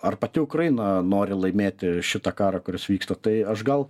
ar pati ukraina nori laimėti šitą karą kuris vyksta tai aš gal